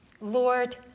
Lord